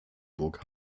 burg